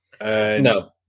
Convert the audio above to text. No